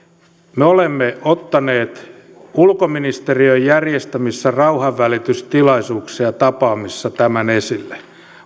me olemme ottaneet ulkoministeriön järjestämissä rauhanvälitystilaisuuksissa ja tapaamisissa tämän esille